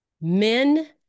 men